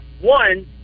One